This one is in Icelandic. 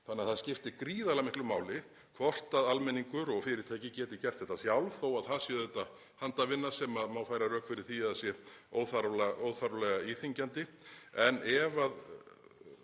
þannig að það skiptir gríðarlega miklu máli hvort almenningur og fyrirtæki geti gert þetta sjálf þó að það sé auðvitað handavinna sem má færa rök fyrir því að sé óþarflega íþyngjandi.